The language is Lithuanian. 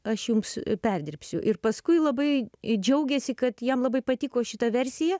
aš jums perdirbsiu ir paskui labai džiaugėsi kad jam labai patiko šita versija